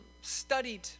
studied